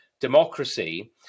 democracy